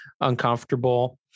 uncomfortable